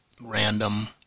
random